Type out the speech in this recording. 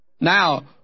Now